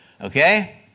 Okay